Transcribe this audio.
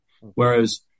Whereas